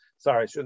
Sorry